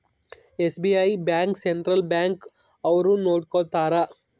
SBI bank central bank ಅವ್ರು ನೊಡ್ಕೋತರ